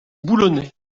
boulonnais